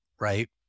right